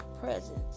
presence